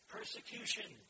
Persecution